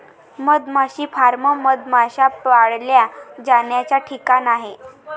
मधमाशी फार्म मधमाश्या पाळल्या जाण्याचा ठिकाण आहे